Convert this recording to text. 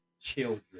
children